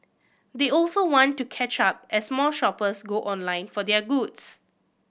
they also want to catch up as more shoppers go online for their goods